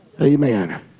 Amen